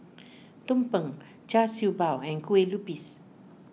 Tumpeng Char Siew Bao and Kueh Lupis